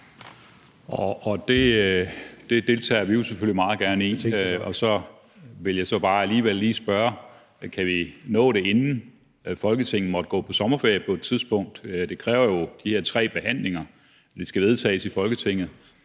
Det deltager vi jo selvfølgelig meget gerne i, og så vil jeg så bare alligevel lige spørge: Kan vi nå det, inden Folketinget på et tidspunkt måtte gå på sommerferie? Det kræver jo de her tre behandlinger, og det skal vedtages i Folketinget.